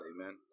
Amen